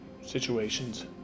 situations